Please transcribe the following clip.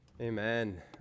Amen